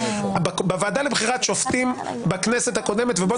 בוועדה לבחירת שופטים בכנסת הקודמת ובוא